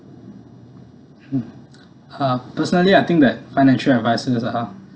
mm uh personally I think that financial advisers are